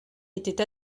étaient